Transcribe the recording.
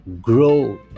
grow